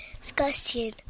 discussion